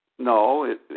No